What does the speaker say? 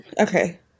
Okay